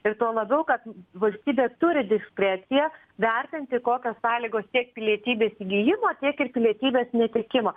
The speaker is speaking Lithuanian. ir tuo labiau kad valstybė turi diskreciją vertinti kokios sąlygos tiek pilietybės įgijimo tiek ir pilietybės netekimo